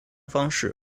方式